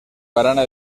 barana